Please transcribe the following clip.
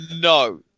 no